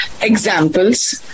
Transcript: examples